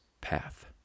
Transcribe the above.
path